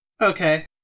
Okay